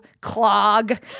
clog